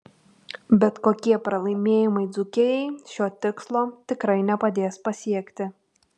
bet tokie pralaimėjimai dzūkijai šio tikslo tikrai nepadės pasiekti